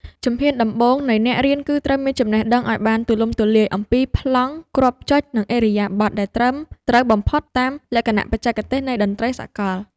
ជំហានដំបូងនៃអ្នករៀនគឺត្រូវមានចំណេះដឹងឱ្យបានទូលំទូលាយអំពីប្លង់គ្រាប់ចុច និងឥរិយាបថដែលត្រឹមត្រូវបំផុតតាមលក្ខណៈបច្ចេកទេសនៃតន្ត្រីសកល។